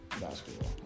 basketball